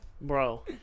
Bro